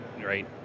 right